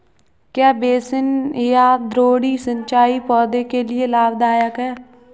क्या बेसिन या द्रोणी सिंचाई पौधों के लिए लाभदायक है?